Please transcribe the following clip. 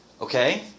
Okay